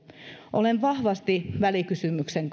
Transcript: olen vahvasti välikysymyksen